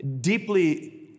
Deeply